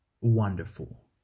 wonderful